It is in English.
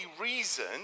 reason